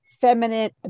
feminine